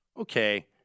okay